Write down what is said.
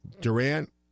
Durant